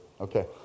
Okay